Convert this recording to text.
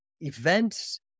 events